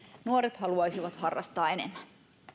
nuoret haluaisivat harrastaa enemmän